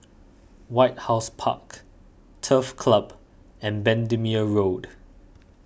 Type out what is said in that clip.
White House Park Turf Club and Bendemeer Road